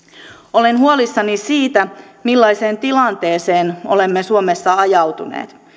olen huolissani siitä millaiseen tilanteeseen olemme suomessa ajautuneet